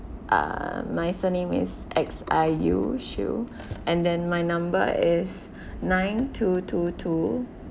err my surname is X I U xiu and then my number is nine two two two